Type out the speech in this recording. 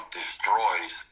destroys